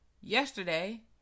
yesterday